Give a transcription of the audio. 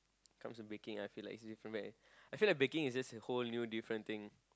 comes to baking I feel like it's different meh I feel like baking is just a whole new different thing